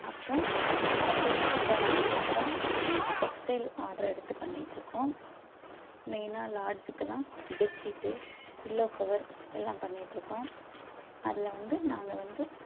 அப்புறம் நாங்கள் வந்து சைடு பிசினஸாக டெக்ஸ்டைல் ஆர்ட்ரை எடுத்து பண்ணிகிட்ருக்கோம் மெயினாக லாட்ஜுக்கு எல்லாம் பெட் சீட்டு பில்லோ கவர் எல்லாம் பண்ணிகிட்ருக்கோம் அதில் வந்து நாங்கள் வந்து